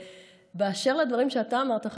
באשר לדברים שאתה אמרת,